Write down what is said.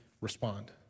respond